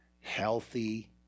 healthy